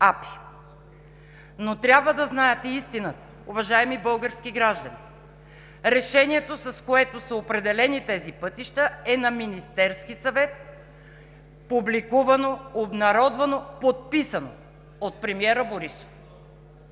Но трябва обаче да знаете истината, уважаеми български граждани. Решението, с което са определени тези пътища, е на Министерския съвет – публикувано, обнародвано, подписано от премиера Борисов.